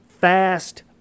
fast